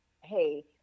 hey